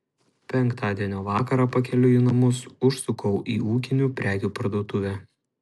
penktadienio vakarą pakeliui į namus užsukau į ūkinių prekių parduotuvę